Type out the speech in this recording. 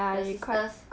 the sisters